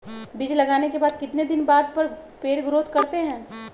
बीज लगाने के बाद कितने दिन बाद पर पेड़ ग्रोथ करते हैं?